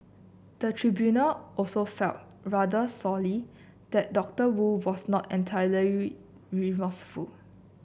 the tribunal also felt rather sorely that Doctor Wu was not entirely remorseful